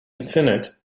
senate